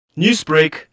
Newsbreak